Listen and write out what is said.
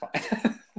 fine